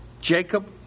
Jacob